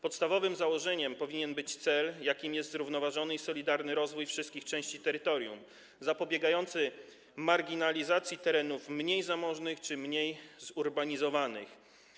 Podstawowym założeniem powinien być cel, jakim jest zrównoważony i solidarny rozwój wszystkich części terytorium, zapobiegający marginalizacji terenów mniej zamożnych czy mniej zurbanizowanych.